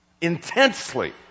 Intensely